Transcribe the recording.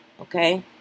okay